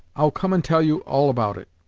i'll come and tell you all about it.